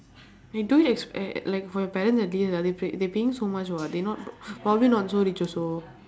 they do ex~ like for your parents at least lah they paying so much [what] they not probably not so rich also